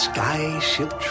Skyship